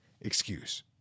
excuse